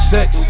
Sex